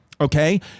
okay